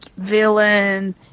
villain